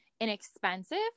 inexpensive